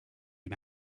him